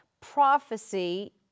prophecy